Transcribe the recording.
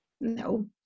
No